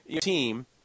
team